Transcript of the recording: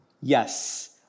Yes